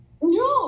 no